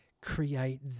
create